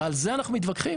ועל זה אנחנו מתווכחים?